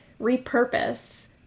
repurpose